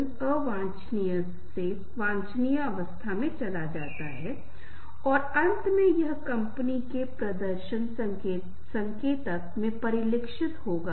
आप किसी ऐसे व्यक्ति की तलाश करते हैं जो आपकी मदद कर सके आपको संतुलन में रख सके